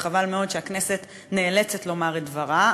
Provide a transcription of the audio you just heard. חבל מאוד שהכנסת נאלצת לומר את דברה,